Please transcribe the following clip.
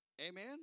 Amen